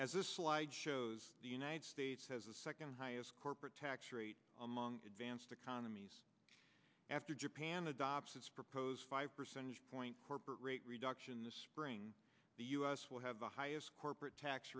this slide shows the united states has a second highest corporate tax rate among advanced economies after japan adopts its proposed five percentage point corporate rate reduction in the spring the u s will have the highest corporate tax